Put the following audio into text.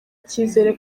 icyizere